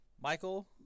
Michael